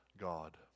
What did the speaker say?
God